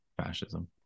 fascism